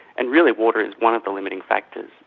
and really water is one of the limiting factors.